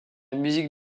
musique